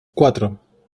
cuatro